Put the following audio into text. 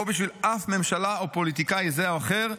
בשביל אף ממשלה או פוליטיקאי זה או אחר.